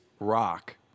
rock